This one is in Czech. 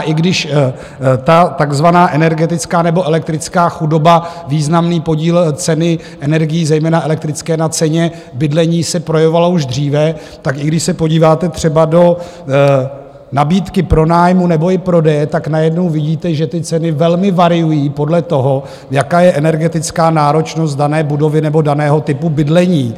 I když ta takzvaná energetická nebo elektrická chudoba, významný podíl ceny energií, zejména elektrické energie, na ceně bydlení se projevovaly už dříve, tak i když se podíváte třeba do nabídky pronájmu nebo i prodeje, najednou vidíte, že ceny se velmi liší podle toho, jaká je energetická náročnost dané budovy nebo daného typu bydlení.